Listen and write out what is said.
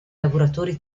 lavoratori